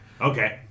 Okay